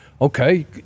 okay